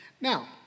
Now